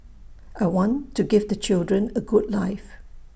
I want to give the children A good life